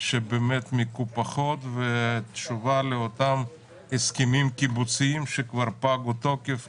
שמקופחות ותשובה לאותם הסכמים קיבוציים שכבר פגו תוקף,